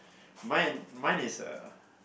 mine mine is uh